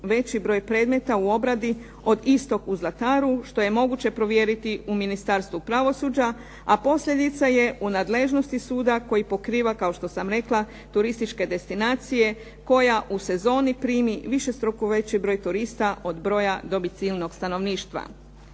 veći broj predmeta u obradi od istog u Zlataru što je moguće provjeriti u Ministarstvu pravosuđa a posljedica je u nadležnosti suda koji pokriva kao što sam rekla turističke destinacije koja u sezoni primi višestruko veći broj turista od broja domicilnog stanovništva.